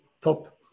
top